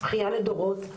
בכייה לדורות,